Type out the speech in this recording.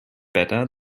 better